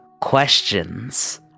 Questions